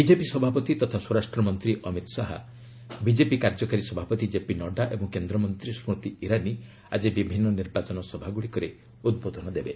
BJP ସଭାପତି ତଥା ସ୍ୱରାଷ୍ଟ୍ରମନ୍ତ୍ରୀ ଅମିତ୍ ଶାହା ବିଜେପି କାର୍ଯ୍ୟକାରୀ ସଭାପତି ଜେପି ନଡ୍ଡା ଓ କେନ୍ଦ୍ରମନ୍ତ୍ରୀ ସ୍ମୁତି ଇରାନୀ ଆଜି ବିଭିନ୍ନ ନିର୍ବାଚନ ସଭାଗୁଡିକରେ ଉଦ୍ବୋଧନ ଦେବେ